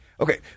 okay